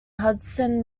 hudson